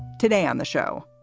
today on the show,